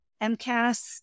MCAS